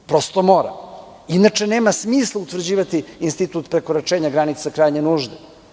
Prosto mora, inače nema smisla utvrđivati institut prekoračenja granice krajnje nužde.